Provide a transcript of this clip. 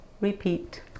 repeat